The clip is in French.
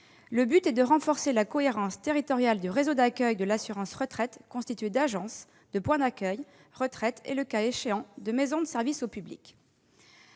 Le but est de renforcer la cohérence territoriale du réseau d'accueil de l'assurance retraite, constitué d'agences, de points d'accueil retraite et, le cas échéant, de maisons de services au public.